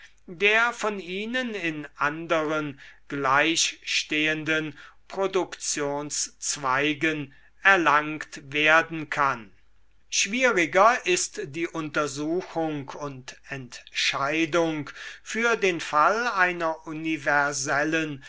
der von ihnen in anderen gleichstehenden produktionszweigen erlangt werden kann schwieriger ist die untersuchung und entscheidung für den fall einer universellen